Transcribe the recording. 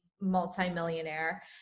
multimillionaire